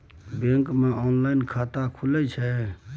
Bank मे online खाता खुले छै?